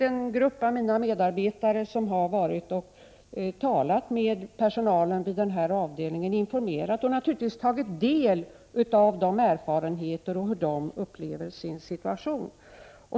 En grupp av mina medarbetare har talat med personalen på denna avdelning, informerat den och tagit del av personalens erfarenheter och hur den upplever sin situation.